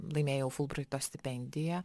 laimėjau fulbraito stipendiją